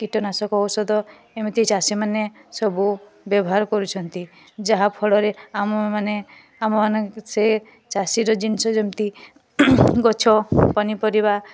କୀଟନାଶକ ଔଷଧ ଏମିତି ଚାଷୀ ମାନେ ସବୁ ବ୍ୟବହାର କରୁଛନ୍ତି ଯାହାଫଳରେ ଆମେ ମାନେ ଆମ ମାନଙ୍କ ସେ ଚାଷୀର ଜିନିଷ ଯେମିତି ଗଛ ପନିପରିବା